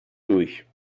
durch